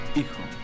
hijo